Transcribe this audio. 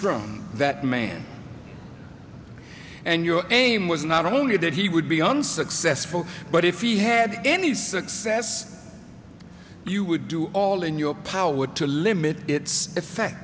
hamstrung that man and your aim was not only that he would be unsuccessful but if he had any success you would do all in your power to limit its effect